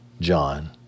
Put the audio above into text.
John